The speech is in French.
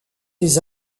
des